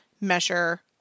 measure